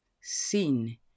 seen